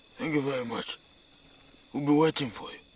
thank you very much. we'll be waiting for